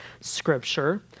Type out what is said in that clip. scripture